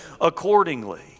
accordingly